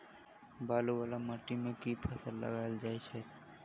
बालू वला माटि मे केँ फसल लगाएल जाए?